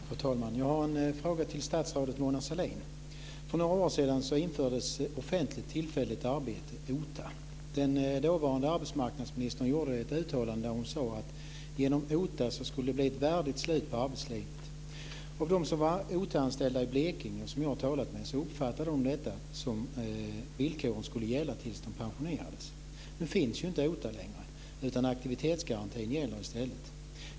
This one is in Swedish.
Fru talman! Jag har en fråga till statsrådet Mona För några år sedan infördes offentligt tillfälligt arbete, OTA. Den dåvarande arbetsmarknadsministern gjorde ett uttalande och sade att det genom OTA skulle bli ett värdigt slut på arbetslivet. De som var OTA-anställda i Blekinge och som jag talat med uppfattade det som att villkoren skulle gälla tills de pensionerades. Nu finns OTA inte längre, utan aktivitetsgarantin gäller i stället.